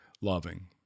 loving